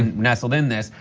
nestled in this.